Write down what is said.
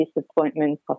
disappointment